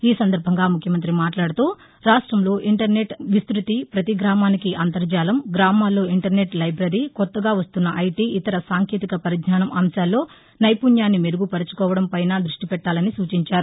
ఈ సందర్భంగా ముఖ్యమంత్రి మాట్లాడుతూ రాష్టంలో ఇంటర్నెట్ నెట్వర్గ్ విస్తుతి ప్రతి గ్రామానికీ అంతర్జాలం గ్రామాల్లో ఇంటర్నెట్ లైబరీ కొత్తగా వస్తున్న ఐటీ ఇతర సాంకేతిక పరిజ్ఞానం అంశాల్లో నైపుణ్యాన్ని మెరుగుపరుచుకోవడంపైనా దృష్టి పెట్టాలని సూచించారు